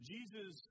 Jesus